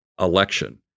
election